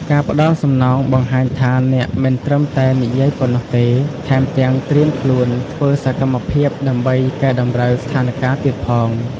ការផ្តល់សំណងបង្ហាញថាអ្នកមិនត្រឹមតែនិយាយប៉ុណ្ណោះទេ ថែមទាំងត្រៀមខ្លួនធ្វើសកម្មភាពដើម្បីកែតម្រូវស្ថានការណ៍ទៀតផង។